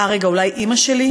אה, רגע, אולי אימא שלי?